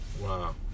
Wow